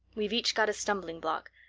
we've each got a stumbling block.